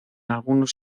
algunos